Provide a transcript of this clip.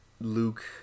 Luke